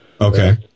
okay